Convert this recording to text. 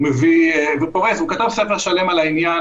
הוא כתב ספר שלם על העניין.